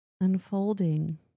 unfolding